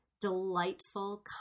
delightful